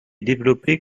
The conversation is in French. développé